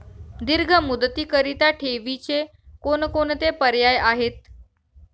दीर्घ मुदतीकरीता ठेवीचे कोणकोणते पर्याय आहेत?